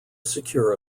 secure